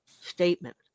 statement